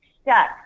stuck